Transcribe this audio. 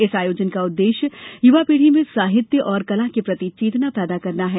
इस आयोजन का उदेदश्य युवापीढी में साहित्य और कला के प्रति चेतना पैदा करना है